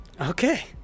Okay